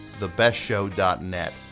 thebestshow.net